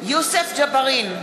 יוסף ג'בארין,